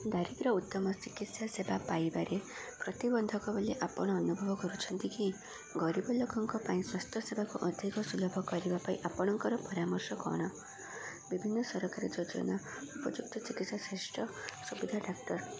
ଦାରିଦ୍ର୍ୟ ଉତ୍ତମ ଚିକିତ୍ସା ସେବା ପାଇବାରେ ପ୍ରତିବନ୍ଧକ ବୋଲି ଆପଣ ଅନୁଭବ କରୁଛନ୍ତି କି ଗରିବ ଲୋକଙ୍କ ପାଇଁ ସ୍ୱାସ୍ଥ୍ୟ ସେବାକୁ ଅଧିକ ସୁଲଭ କରିବା ପାଇଁ ଆପଣଙ୍କର ପରାମର୍ଶ କ'ଣ ବିଭିନ୍ନ ସରକାରୀ ଯୋଜନା ଉପଯୁକ୍ତ ଚିକିତ୍ସା ଶ୍ରେଷ୍ଠ ସୁବିଧା ଡାକ୍ତର